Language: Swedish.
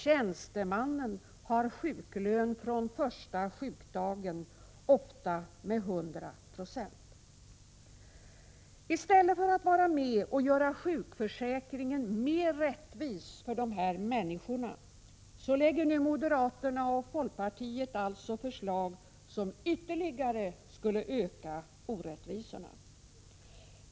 Tjänstemännen har sjuklön från första sjukdagen, ofta med 100 96. I stället för att vara med och göra sjukförsäkringen mer rättvis för dessa människor lägger nu moderaterna och folkpartiet alltså förslag som ytterligare skulle öka orättvisorna.